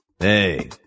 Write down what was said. Hey